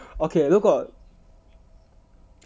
okay 如果